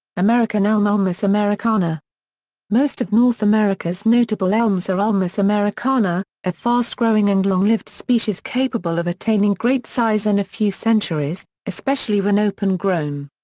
american elm ulmus americana most of north america's notable elms are ulmus americana, a fast-growing and long-lived species capable of attaining great size in and a few centuries, especially when open-grown.